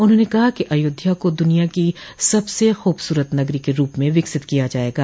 उन्होंने कहा कि अयोध्या को दुनिया की सबसे खूबसूरत नगरी के रूप में विकसित किया जायेगा